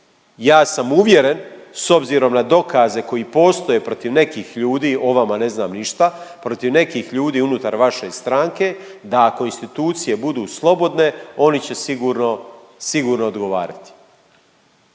ja sam uvjeren s obzirom na dokaze koji postoje protiv nekih ljudi, o vama ne znam ništa, protiv nekih ljudi unutar vaše stranke da ako institucije budu slobodne oni će se sigurno odgovarati,